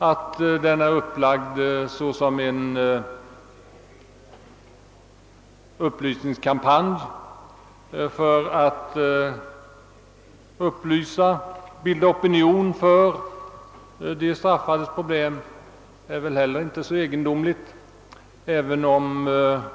Att deras förslag går ut på en upplysningskampanj i syfte att skapa opinion när det gäller de straffades problem är heller inte så egendomligt.